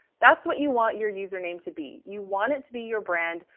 that's what you want your username to be. you want it to be your brand,